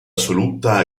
assoluta